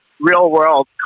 real-world